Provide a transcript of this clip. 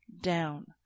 down